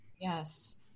Yes